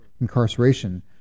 incarceration